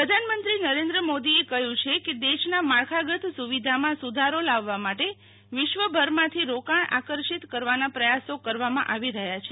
આગ્રા પ્રધાનમંત્રી નરેન્દ્ર મોદીએ કહ્યુ છે કે દેશના માળખાગત સુવિધામાં સુધારો લાવવા માટે વિશ્વભરમાંથી રોકાણ આકર્ષિતી કરવાના પ્રયાસો કરવામાં આવી રહ્યા છે